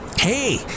Hey